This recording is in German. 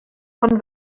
von